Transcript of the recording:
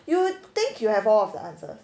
you think you have all of the answers